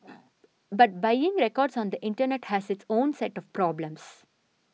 but buying records on the internet has its own set of problems